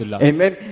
Amen